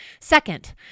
Second